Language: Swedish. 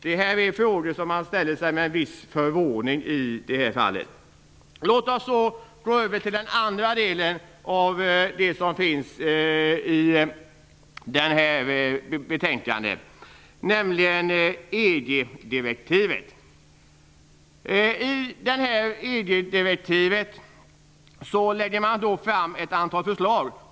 Detta är frågor som man ställer sig med en viss förvåning. Låt oss så gå över till den andra delen i betänkandet, nämligen EG-direktivet. I EG-direktivet läggs det fram ett antal förslag.